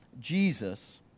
Jesus